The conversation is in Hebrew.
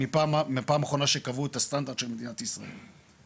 מהפעם האחרונה שקבעו את הסטנדרט של מדינת ישראל.